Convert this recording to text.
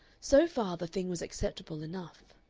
so far the thing was acceptable enough.